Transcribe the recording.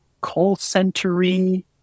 call-centery